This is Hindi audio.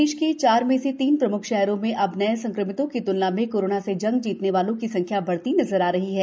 प्रदेश के चार में से तीन प्रम्ख शहरों में अब नए संक्रमितों की तुलना में कोरोना से जंग जीतने वालों की संख्या बढ़ती नजर आ रही है